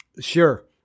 Sure